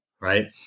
right